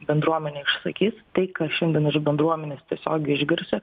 bendruomenė išsakys tai ką šiandien iš bendruomenės tiesiogiai išgirsiu